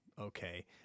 okay